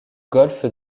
golfe